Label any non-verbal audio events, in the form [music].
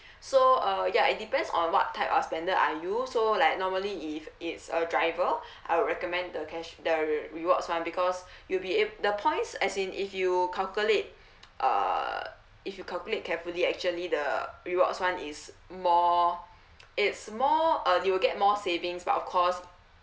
[breath] so uh ya it depends on what type a spender are you so like normally if it's a driver [breath] I will recommend the cash the rewards [one] because [breath] you'll be ab~ the points as in if you calculate err if you calculate carefully actually the rewards one is more it's more uh you will get more savings but of course